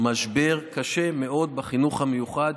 משבר קשה מאוד בחינוך המיוחד,